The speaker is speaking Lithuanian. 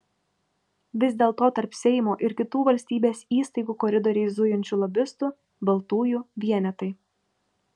vis dėlto tarp seimo ir kitų valstybės įstaigų koridoriais zujančių lobistų baltųjų vienetai